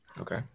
Okay